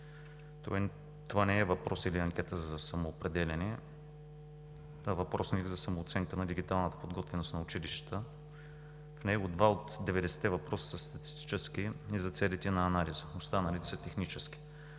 Това не е въпрос или анкета за самоопределяне, а въпросът ни за самооценка на дигиталната подготвеност на училищата. В него два от 90-те въпроса са статистически и за целите на анализа, останалите са технически.